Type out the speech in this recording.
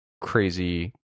crazy